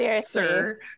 sir